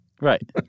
Right